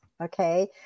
okay